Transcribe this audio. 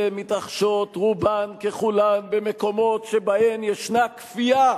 מתרחשות רובן ככולן במקומות שבהם יש כפייה,